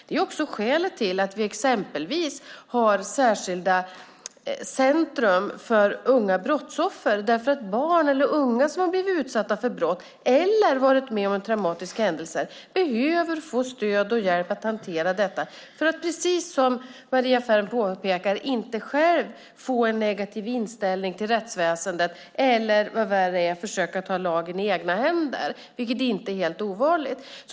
Det är också skälet till att vi exempelvis har särskilda centrum för unga brottsoffer. Barn eller unga som har blivit utsatta för brott eller varit med om en traumatisk händelse behöver få stöd och hjälp att hantera detta för att de, precis som Maria Ferm påpekar, inte själva ska få en negativ inställning till rättsväsendet eller - vad värre är - försöker ta lagen i egna händer, vilket inte är helt ovanligt.